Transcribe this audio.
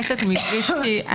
משנת 1776,